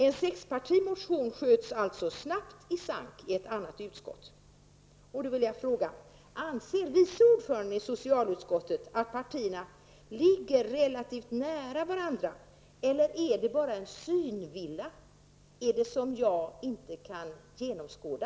En sexpartimotion sköts alltså snabbt i sank i ett annat utskott. Anser vice ordföranden i socialutskottet att partierna ligger relativt nära varandra eller är det bara en synvilla som jag inte kan genomskåda?